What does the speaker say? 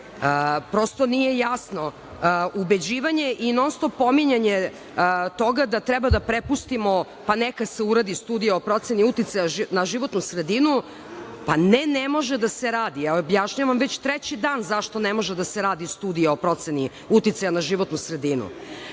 Prosto nije jasno ubeđivanje i non stop pominjanje toga da treba da prepustimo pa neka se uradi studija o proceni uticaja na životnu sredinu, pa ne ne može da se radi, ja objašnjavam već treći dan zašto ne može da se radi studija o proceni uticaja na životnu sredinu. Dakle,